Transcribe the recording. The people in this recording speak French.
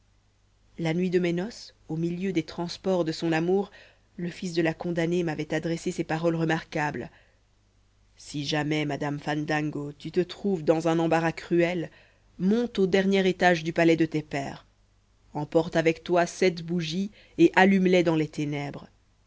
la nuit de mes noces au milieu des transports de son amour le fils de la condamnée m'avait adressé ces paroles remarquables si jamais madame fandango tu te trouves dans un embarras cruel monte au dernier étage du palais de tes pères emporte avec toi sept bougies et allume les dans les ténèbres